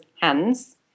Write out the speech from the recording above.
hands